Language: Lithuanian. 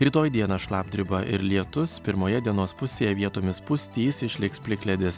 rytoj dieną šlapdriba ir lietus pirmoje dienos pusėje vietomis pustys išliks plikledis